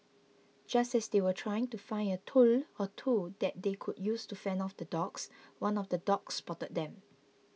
just as they were trying to find a tool or two that they could use to fend off the dogs one of the dogs spotted them